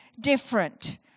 different